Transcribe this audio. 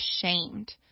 ashamed